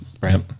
right